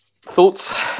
Thoughts